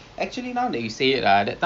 so ya bagus bagus bagus